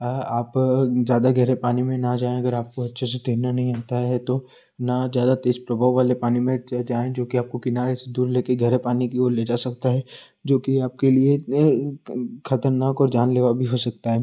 अह आप ज़्यादा गहरे पानी में न जाए अगर आपको अच्छे से तैरना नहीं आता है तो न ज़्यादा तेज़ प्रभाव वाले पानी में जाए जो कि आपको किनारे से दूर ले कर गहरे पानी की ओर ले जा सकता है जो कि आपके लिए खतरनाक और जानलेवा भी हो सकता है